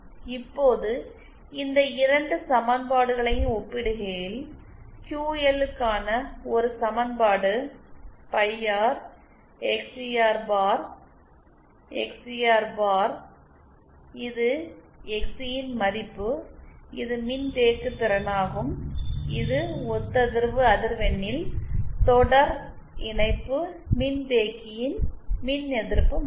இப்போது இந்த 2 சமன்பாடுகளையும் ஒப்பிடுகையில் கியூஎல்க்கான ஒரு சமன்பாடு by R X C R bar X C R bar இது எக்ஸ்சி இன் மதிப்பு இது மின்தேக்குதிறனாகும் இது ஒத்ததிர்வு அதிர்வெண்ணில் தொடர் இணைப்பு மின்தேக்கியின் மின் எதிர்ப்பு மதிப்பு